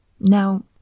Now